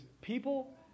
people